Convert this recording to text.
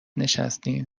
نشستین